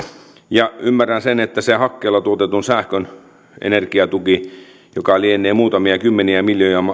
ja en jaksa ymmärtää miksi se hakkeella tuotetun sähkön energiatuki joka lienee muutamia kymmeniä miljoonia euroja